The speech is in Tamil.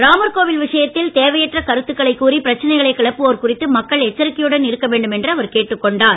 ராமர்கோவில் விஷயத்தில் தேவையற்ற கருத்துக்களைக் கூறி பிரச்சனைகளை கிளப்புவோர் குறித்து மக்கள் எச்சரிக்கையுடன் இருக்க வேண்டும் என்று அவர் கேட்டுக் கொண்டார்